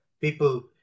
people